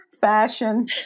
Fashion